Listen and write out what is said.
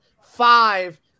five